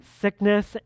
sickness